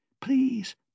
Please